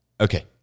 okay